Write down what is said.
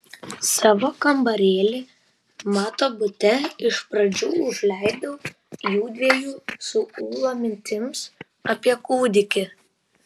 savo kambarėlį mato bute iš pradžių užleidau jųdviejų su ūla mintims apie kūdikį